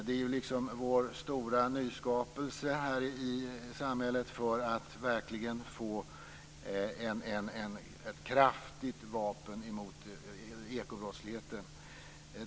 Det är vår stora nyskapelse här i samhället för att verkligen få ett kraftigt vapen mot ekobrottsligheten.